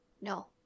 No